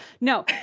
No